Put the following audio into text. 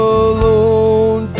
alone